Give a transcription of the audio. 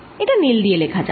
এটা নীল দিয়ে লেখা যাক